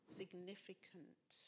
significant